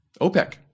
OPEC